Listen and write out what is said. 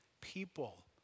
people